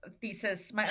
thesis